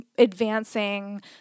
Advancing